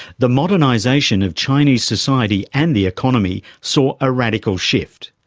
the modernisation of chinese society and the economy saw a radical shift.